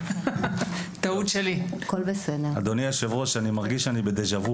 רבה, אדוני היושב-ראש, אני מרגיש שאני בדה-ז'אוו